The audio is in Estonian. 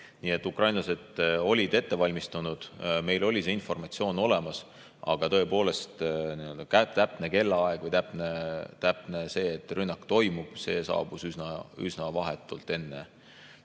Nii et ukrainlased olid ennast ette valmistanud. Meil oli see informatsioon olemas, aga tõepoolest, täpne kellaaeg või see, et rünnak toimub, saabus üsna vahetult enne